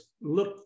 look